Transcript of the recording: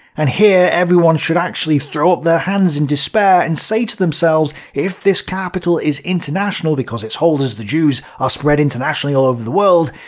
and here everyone should actually throw up their hands in despair and say to themselves, if this capital is international because its holders, the jews, are spread internationally all over the world,